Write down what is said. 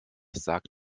sagt